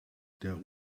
der